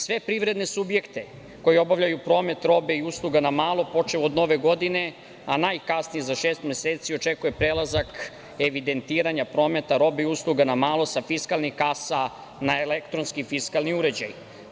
Sve privredne subjekte koji obavljaju promet robe i usluga na malo, počev od Nove godine, a najkasnije za šest meseci, očekuje prelazak evidentiranja prometa robe i usluga na malo sa fiskalnih kasa na elektronski fiskalni uređaj.